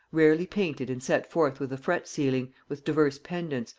rarely painted and set forth with a fret ceiling, with divers pendants,